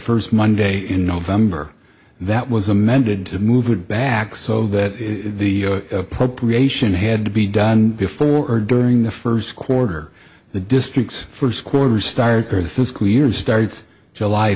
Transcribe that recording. first monday in november that was amended to move it back so that the appropriation had to be done before or during the first quarter the district's first quarter